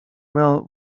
well